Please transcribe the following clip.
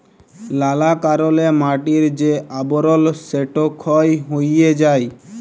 লালা কারলে মাটির যে আবরল সেট ক্ষয় হঁয়ে যায়